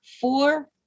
four